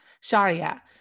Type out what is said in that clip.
Sharia